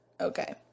Okay